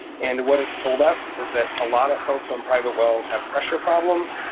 and what it's told us is that a lot of folks own private wells have pressure problems,